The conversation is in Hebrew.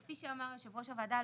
כפי שאמר יושב ראש הוועדה,